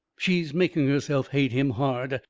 she's making herself hate him hard.